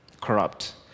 corrupt